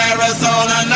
Arizona